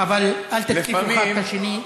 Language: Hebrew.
אבל אל תתקיפו אחד את השני,